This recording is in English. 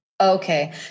Okay